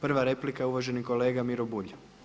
Prva replika je uvaženi kolega Miro Bulj.